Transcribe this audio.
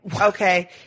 okay